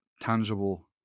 tangible